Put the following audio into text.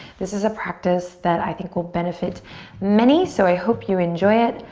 this is a practice that i think will benefit many, so i hope you enjoy it.